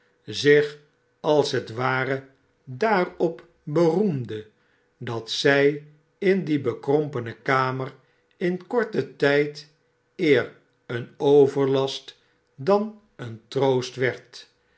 zich als het ware daarop be roemde dat zij in die bekrompene kamer in korten tijd eer een overlast dan een troost werd